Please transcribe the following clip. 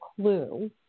clue